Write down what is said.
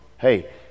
Hey